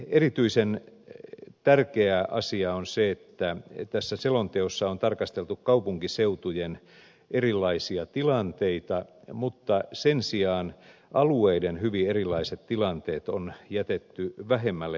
erityisen tärkeä asia on se että tässä selonteossa on tarkasteltu kaupunkiseutujen erilaisia tilanteita mutta sen sijaan alueiden hyvin erilaiset tilanteet on jätetty vähemmälle huomiolle